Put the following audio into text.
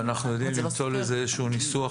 ואנחנו יודעים למצוא לזה איזשהו ניסוח,